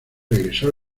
regresó